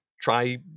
Try